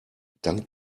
dank